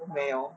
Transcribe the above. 没有